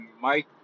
Mike